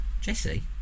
Jesse